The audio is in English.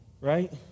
Right